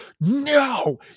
no